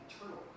eternal